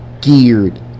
geared